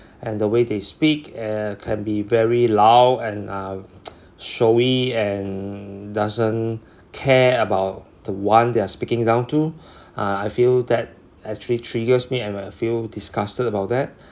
and the way they speak uh can be very loud and um showy and doesn't care about the one they are speaking down to uh I feel that actually triggers me and I might feel disgusted about that